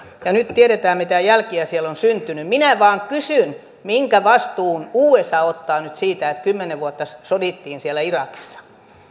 ja nyt tiedetään mitä jälkiä siellä on syntynyt minä vain kysyn minkä vastuun usa ottaa nyt siitä että kymmenen vuotta sodittiin siellä irakissa